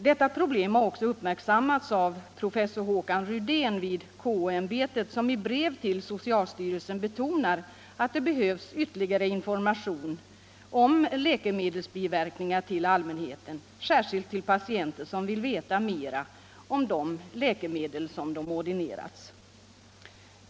Detta problem har också uppmärksammats av professor Håkan Rydin vid KO-ämbetet som i brev till socialstyrelsen betonar att det behövs ytterligare information om läkemedelsbiverkningar till allmänheten, särskilt till patienter som vill veta mera om de läkemedel som de ordinerats.